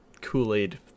Kool-Aid